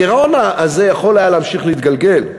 הגירעון הזה יכול היה להמשיך להתגלגל.